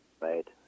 right